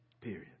Period